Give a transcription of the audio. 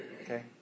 Okay